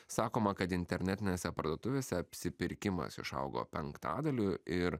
sakoma kad internetinėse parduotuvėse apsipirkimas išaugo penktadaliu ir